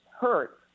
hurt